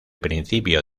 principio